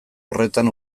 horretan